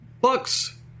Bucks